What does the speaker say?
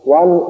one